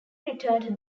returned